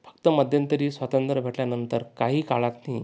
फक्त मध्यंतरी स्वातंत्र्य भेटल्यानंतर काही काळात